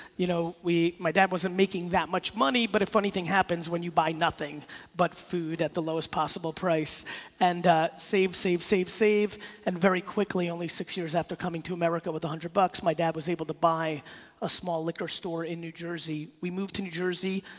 you know my dad wasn't making that much money but a funny thing happens when you buy nothing but food at the lowest possible price and save, save, save save and very quickly, only six years after coming to america with one hundred bucks, my dad was able to buy a small liquor store in new jersey. we moved to new jersey,